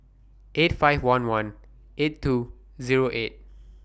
eight five one one eight two Zero eight